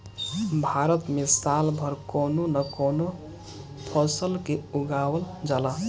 भारत में साल भर कवनो न कवनो फसल के उगावल जाला